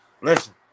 Listen